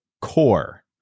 Core